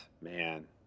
man